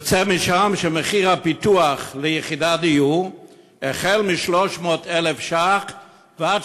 יוצא משם שמחיר הפיתוח ליחידת דיור הוא החל ב-300,000 ש"ח ועד